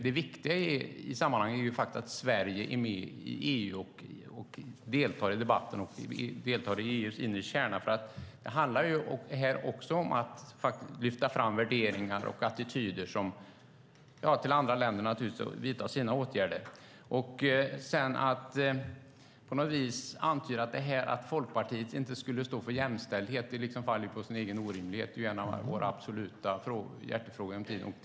Det viktiga är att Sverige är med i EU, deltar i debatten och i EU:s inre kärna. Det handlar här om att lyfta fram värderingar och attityder så att andra länder vidtar åtgärder. Att antyda att Folkpartiet inte står för jämställdhet faller på sin egen orimlighet. Det är en av våra absoluta hjärtefrågor.